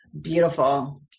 Beautiful